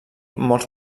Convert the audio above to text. molts